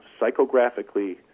psychographically